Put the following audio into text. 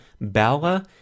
Bala